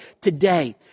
today